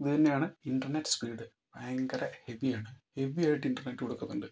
ഇത് തന്നെയാണ് internet speed ഭയങ്കര ഹെവിയാണ് ഹെവിയായിട്ട് ഇൻറ്റർനെറ്റ് കൊടുക്കുന്നുണ്ട്